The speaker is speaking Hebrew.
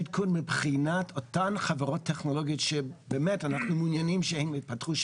עדכון מבחינת אותן חברות טכנולוגיות שבאמת אנחנו מעוניינים שהן יפתחו,